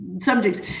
subjects